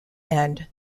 and